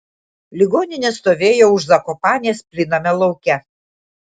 ligoninė stovėjo už zakopanės plyname lauke